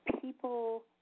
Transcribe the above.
people